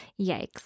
Yikes